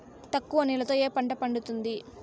తక్కువ నీళ్లతో ఏ పంట పండుతుంది?